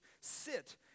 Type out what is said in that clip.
sit